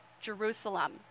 Jerusalem